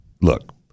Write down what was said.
look